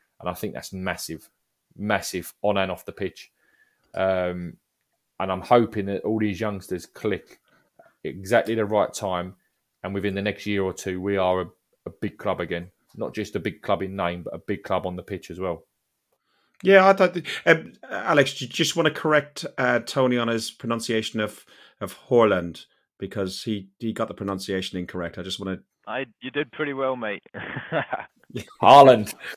And I think that's massive, massive on and off the pitch. Um, and I'm hoping that all these youngsters click exactly the right time, and within the next year or two, we are a- a big club again. Not just a big club in name, but a big club on the pitch as well. Yeah, I thought that- um, Alex, do you just want to correct, uh, Tony on his pronunciation of- of Haaland? Because he- he got the pronunciation incorrect. I just want to- I- you did pretty well, mate. Haaland.